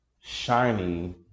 shiny